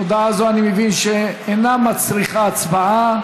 הודעה זו, אני מבין שאינה מצריכה הצבעה.